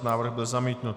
Návrh byl zamítnut.